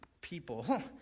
people